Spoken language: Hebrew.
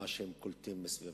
ממה שהם קולטים מסביבם.